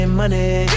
money